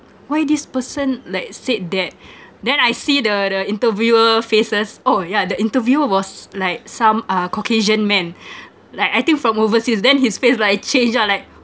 why this person like said that then I see the the interviewer faces oh yeah the interviewer was like some uh caucasian men like I think from overseas then his face like changed ah like